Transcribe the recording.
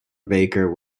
baker